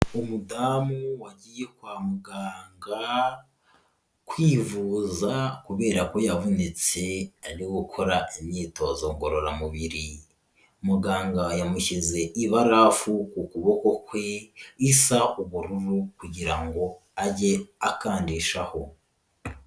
Umudamu wagiye kwa muganga kwivuza kubera ko yavunitse ari gukora imyitozo ngororamubiri, muganga yamushyize ibarafu ku kuboko kwe isa ubururu kugira ngo ajye akandishaho.